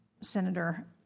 Senator